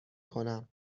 کنم